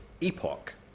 epoch